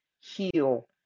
heal